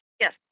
Yes